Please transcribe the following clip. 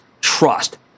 trust